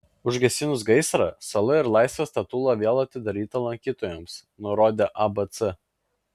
užgesinus gaisrą sala ir laisvės statula vėl atidaryta lankytojams nurodė abc